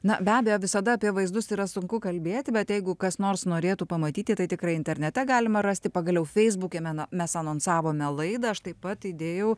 na be abejo visada apie vaizdus yra sunku kalbėti bet jeigu kas nors norėtų pamatyti tai tikrai internete galima rasti pagaliau feisbuke men mes anonsavome laidą aš taip pat įdėjau